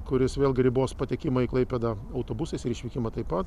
kuris vėlgi ribos patekimą į klaipėdą autobusais ir išvykimą taip pat